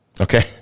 okay